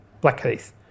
Blackheath